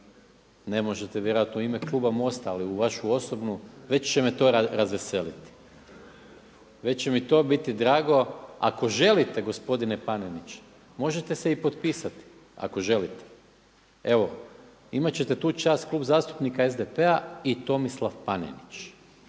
ne možete vjerojatno u ime kluba MOST-a, ali u vašu osobnu, već će me to razveseliti. Već će mi to biti drago. Ako želite gospodine Panenić, možete se i potpisati ako želite. Evo imat ćete tu čast Klub zastupnika SDP-a i Tomislav Panenić